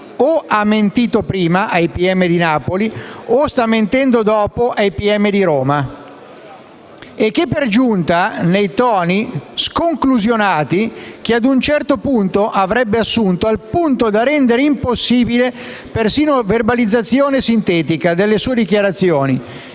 o ha mentito prima (ai pm di Napoli) o sta mentendo dopo (ai pm di Roma). E che, per giunta, nei toni sconclusionati che ad un certo punto avrebbe assunto - al punto dal rendere impossibile persino la verbalizzazione sintetica delle sue dichiarazioni